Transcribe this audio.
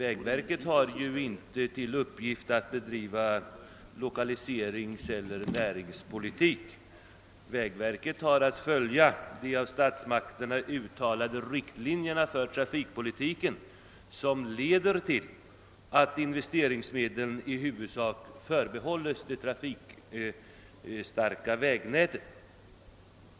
Det har inte till uppgift att bedriva lokaliseringseller näringspolitik, utan det har att följa de av statsmakterna uppdragna riktlinjerna för trafikpolitiken, vilka leder till att investeringsmedlen i huvudsak förbehålls det trafikstarka vägnätet.